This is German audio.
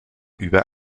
über